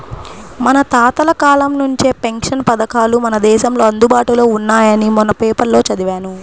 మన తాతల కాలం నుంచే పెన్షన్ పథకాలు మన దేశంలో అందుబాటులో ఉన్నాయని మొన్న పేపర్లో చదివాను